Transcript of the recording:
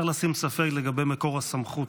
צריך לשים ספק לגבי מקור הסמכות.